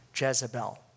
Jezebel